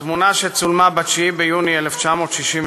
בתמונה, שצולמה ב-9 ביוני 1967,